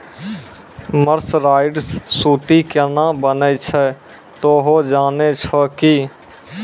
mercerised सूती केना बनै छै तोहों जाने छौ कि